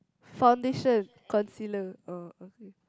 foundation concealer oh okay